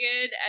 good